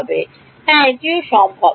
হ্যাঁ এটি ও সম্ভব